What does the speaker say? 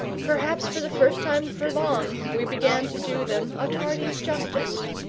perhaps for the first time for long we began to do them a tardy justice.